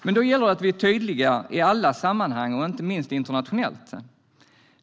Men då gäller det att vi är tydliga i alla sammanhang, inte minst internationellt.